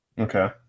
Okay